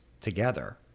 together